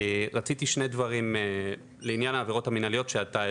רציתי שני דברים לעניין העבירות המנהליות שאתה העלית,